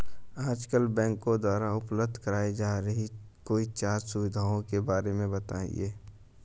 आजकल बैंकों द्वारा उपलब्ध कराई जा रही कोई चार सुविधाओं के बारे में बताइए?